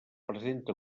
presenta